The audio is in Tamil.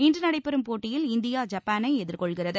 இன்று நடைபெறும் போட்டியில் இந்தியா ஜப்பானை எதிர்கொள்கிறது